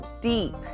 deep